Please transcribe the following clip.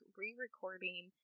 re-recording